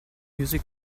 music